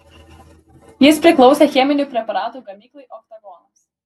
jis priklausė cheminių preparatų gamyklai oktagonas